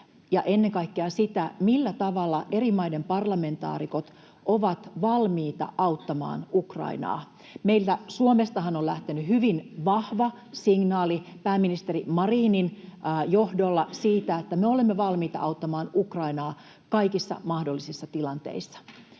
ennen kaikkea sitä, millä tavalla eri maiden parlamentaarikot ovat valmiita auttamaan Ukrainaa? Meiltä Suomestahan on lähtenyt pääministeri Marinin johdolla hyvin vahva signaali siitä, että me olemme valmiita auttamaan Ukrainaa kaikissa mahdollisissa tilanteissa.